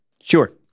Sure